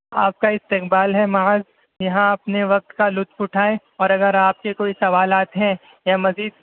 آپ کا استقبال ہے معاذ یہاں اپنے وقت کا لطف اٹھائیں اور اگر آپ کے کوئی سوالات ہیں یا مزید